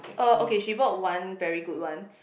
orh okay she bought one very good one